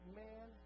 man